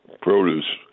produce